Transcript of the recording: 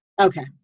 Okay